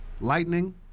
lightning